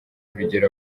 urugero